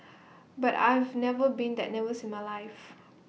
but I've never been that nervous in my life